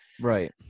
right